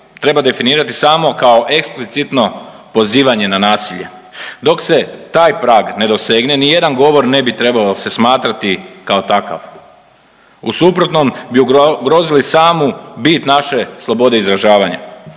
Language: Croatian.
treba definirati samo kao eksplicitno pozivanje na nasilje. Dok se taj prag ne dosegne ni jedan govor ne bi trebao se smatrati kao takav. U suprotnom bi ugrozili samu bit naše slobode izražavanja.